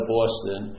Boston